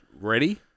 Ready